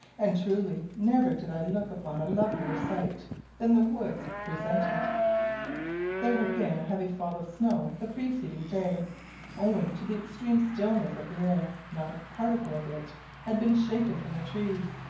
and truly never did i look upon a lovelier sight than the woods presented there had been a heavy fall of snow the preceding day owing to the extreme stillness of the air not a particle of it had been shaken from the trees.